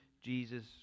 Jesus